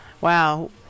Wow